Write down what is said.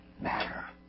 matter